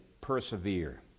persevere